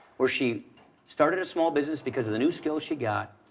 where she started a small business because of the new skills she got.